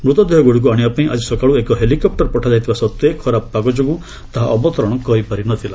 ମୃତଦେହଗୁଡ଼ିକୁ ଆଶିବାପାଇଁ ଆଜି ସକାଳୁ ଏକ ହେଲିକପୁର ପଠାଯାଇଥିବା ସତ୍ତ୍ୱେ ଖରାପ ପାଗ ଯୋଗୁଁ ତାହା ଅବତରଣ କରିପାରି ନ ଥିଲା